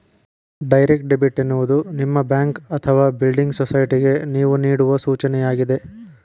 direct debit ಎನ್ನುವುದು ನಿಮ್ಮ bank ಅಥವಾ ಬಿಲ್ಡಿಂಗ್ ಸೊಸೈಟಿಗೆ ನೇವು ನೇಡುವ ಸೂಚನೆಯಾಗಿದೆ